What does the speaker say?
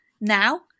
now